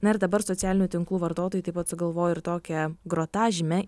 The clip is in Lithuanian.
na ir dabar socialinių tinklų vartotojai taip pat sugalvojo ir tokią grotažymę